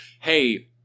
hey